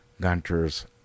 Gunter's